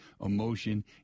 emotion